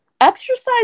exercise